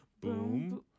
Boom